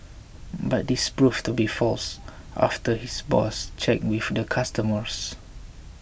but this proved to be false after his boss checked with the customers